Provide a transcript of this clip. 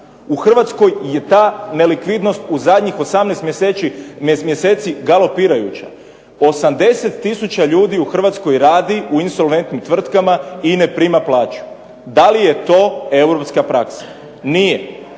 U Hrvatskoj je ta nelikvidnost u zadnjih 18 mjeseci galopirajuća. 80 tisuća ljudi u Hrvatskoj radi u insolventnim tvrtkama i ne prima plaću. Da li je to europska praksa? Nije.